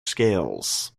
scales